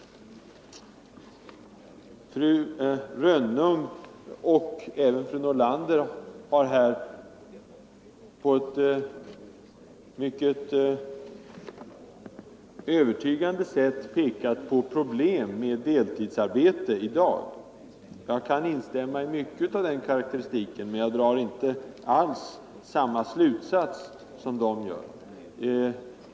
Fru Rönnung och även fru Nordlander har på ett mycket övertygande sätt pekat på problemen med deltidsarbete i dag. Jag kan i långa stycken instämma i den karaktäristiken, men jag drar inte alls samma slutsats som de.